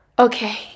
Okay